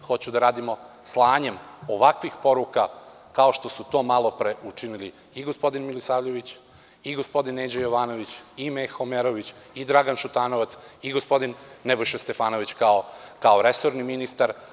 Hoću da radimo slanjem ovakvih poruka, kao što su to malopre učinili i gospodin Milisavljević, i gospodin Neđo Jovanović, i Meho Omerović, i Dragan Šutanovac i gospodin Nebojša Stefanović, kao resorni ministar.